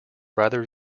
rather